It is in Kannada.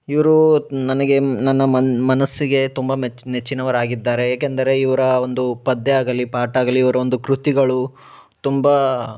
ಇವ್ರು ನನಗೆ ನನ್ನ ಮನ ಮನಸ್ಸಿಗೆ ತುಂಬ ಮೆಚ್ಚು ನೆಚ್ಚಿನವರಾಗಿದ್ದಾರೆ ಏಕೆಂದರೆ ಇವರ ಒಂದು ಪದ್ಯ ಆಗಲಿ ಪಾಠ ಆಗಲಿ ಇವ್ರ ಒಂದು ಕೃತಿಗಳು ತುಂಬ